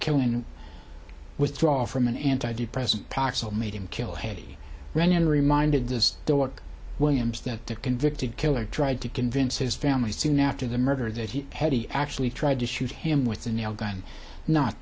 killing and withdraw from an anti depressant paxil made him kill haiti runyan reminded this dog williams that the convicted killer tried to convince his family soon after the murder that he had actually tried to shoot him with the nail gun not